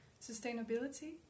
sustainability